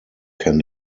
can